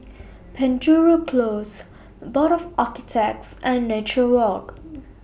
Penjuru Close Board of Architects and Nature Walk